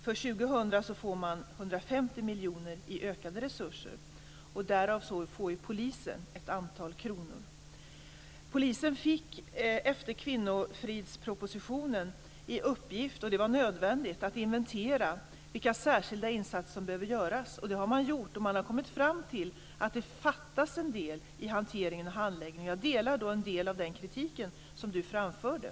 För 2000 får rättsväsendet 150 miljoner i ökade resurser, varav polisen får ett antal kronor. Polisen fick efter kvinnofridspropositionen i uppgift att inventera vilka särskilda insatser som behöver göras, och det var nödvändigt. Det har man gjort, och man har kommit fram till att det fattas en del i hanteringen och handläggningen. Jag delar en del av den kritik som Lena Ek framförde.